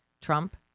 Trump